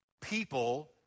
people